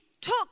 took